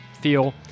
feel